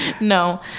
No